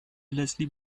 leslie